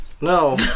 No